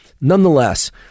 Nonetheless